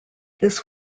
this